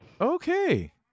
Okay